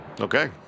Okay